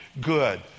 good